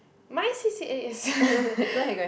my C_C_A is